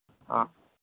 ꯑ